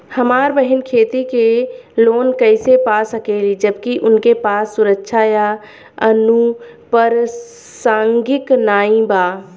हमार बहिन खेती के लोन कईसे पा सकेली जबकि उनके पास सुरक्षा या अनुपरसांगिक नाई बा?